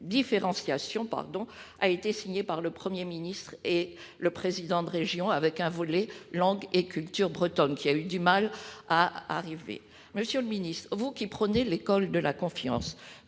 différenciation a été signé par le Premier ministre et le président de région, avec un volet « langues et cultures bretonnes ». Monsieur le ministre, vous qui prônez l'école de la confiance,